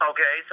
Okay